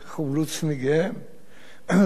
רוססו כתובות על הרכבים,